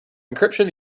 encryption